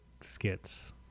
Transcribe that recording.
skits